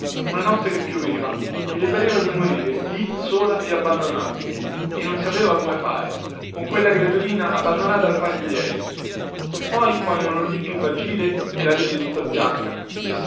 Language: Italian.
una notte che pioveva e le pareva di morire lì sola e abbandonata e non sapeva come fare con quella creaturina abbandonata al par di lei poi quando non ludì più vagire e la vide tutta bianca si